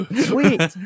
Sweet